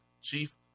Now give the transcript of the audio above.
Chief